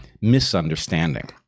misunderstanding